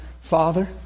Father